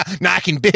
knocking